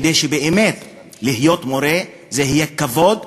כדי שבאמת להיות מורה זה יהיה כבוד,